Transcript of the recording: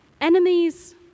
enemies